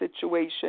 situation